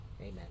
Amen